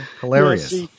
hilarious